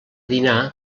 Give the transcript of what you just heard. dinar